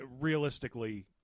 realistically